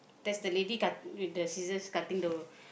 there's the lady cut~ with the scissors cutting the